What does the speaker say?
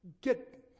get